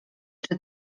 czy